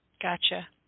Gotcha